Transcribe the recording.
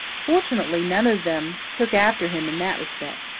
fortunately, none of them took after him in that respect.